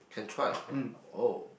can try ah oh